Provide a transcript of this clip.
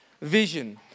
vision